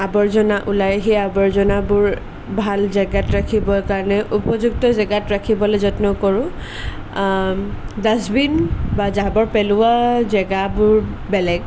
আৱৰ্জনা ওলায় সেই আৱৰ্জনাবোৰ ভাল জেগাত ৰাখিবৰ কাৰণে উপযুক্ত জেগাত ৰাখিবলৈ যত্ন কৰোঁ ডাষ্টবিন বা জাবৰ পেলোৱা জেগাবোৰ বেলেগ